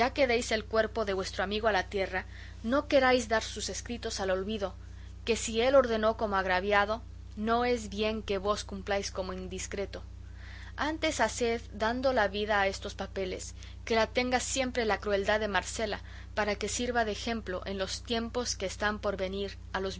que deis el cuerpo de vuestro amigo a la tierra no queráis dar sus escritos al olvido que si él ordenó como agraviado no es bien que vos cumpláis como indiscreto antes haced dando la vida a estos papeles que la tenga siempre la crueldad de marcela para que sirva de ejemplo en los tiempos que están por venir